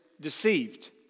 deceived